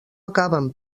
acaben